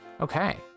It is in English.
Okay